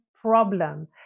problem